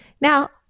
now